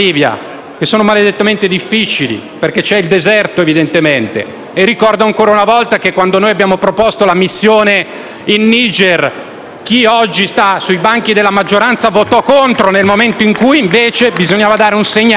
che sono maledettamente difficili, perché c'è il deserto. E ricordo ancora una volta che, quando noi abbiamo proposto la missione in Niger, chi oggi sta sui banchi della maggioranza votò contro, mentre al contrario bisognava dare il segnale